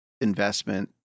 investment